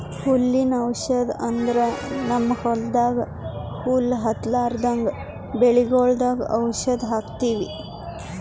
ಹುಲ್ಲಿನ್ ಔಷಧ್ ಅಂದ್ರ ನಮ್ಮ್ ಹೊಲ್ದಾಗ ಹುಲ್ಲ್ ಹತ್ತಲ್ರದಂಗ್ ಬೆಳಿಗೊಳ್ದಾಗ್ ಔಷಧ್ ಹಾಕ್ತಿವಿ